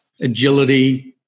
agility